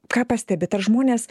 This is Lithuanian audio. ką pastebit žmonės